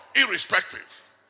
irrespective